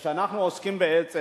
כשאנחנו עוסקים בעצם,